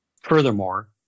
Furthermore